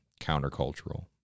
countercultural